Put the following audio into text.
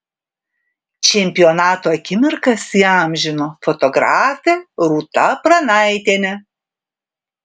čempionato akimirkas įamžino fotografė rūta pranaitienė